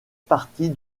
partie